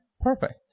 perfect